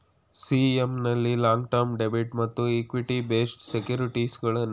CM ನಲ್ಲಿ long term debit ಮತ್ತು equity based securities ಗಳನ್ನು ಕೊಳ್ಳುವುದು ಮತ್ತು ಮಾರಾಟ ಮಾಡಲಾಗುವುದು